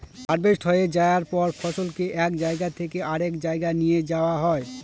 harvest হয়ে যায়ার পর ফসলকে এক জায়গা থেকে আরেক জাগায় নিয়ে যাওয়া হয়